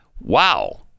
wow